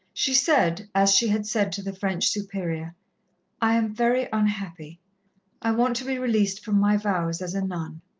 she said, as she had said to the french superior i am very unhappy i want to be released from my vows as a nun.